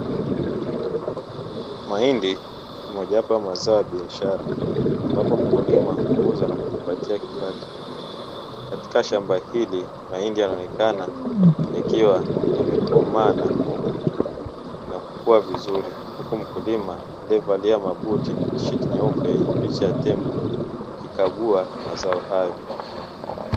Mahindi mojawapo ya mazao ya biashara ambapo mkulima huuza na kujipatia kipato. Katika shamba hili mahindi yanaonekana yakiwa yamekomaa na kukua vizuri, huku mkulima aliyevalia mabuti na tisheti nyeupe yenye pcha ya tembo akikagua mazao hayo.